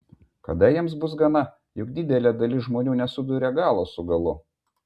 kada jiems bus gana juk didelė dalis žmonių nesuduria galo su galu